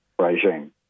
regime